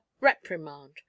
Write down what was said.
reprimand